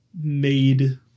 made